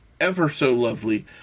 ever-so-lovely